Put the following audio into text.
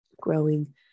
growing